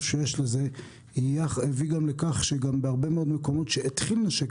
שיש לזה הביא לכך שבהרבה מאוד מקומות שהתחיל 'נשק